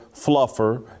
fluffer